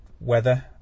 weather